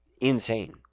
insane